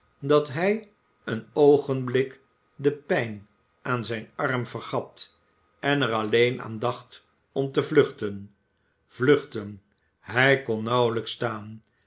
dat hij een oogenblik de pijn aan zijn arm vergat en er alleen aan dacht om te vluchten vluchten hij kon nauwelijks staan